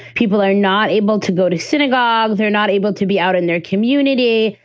people are not able to go to synagogue. they're not able to be out in their community.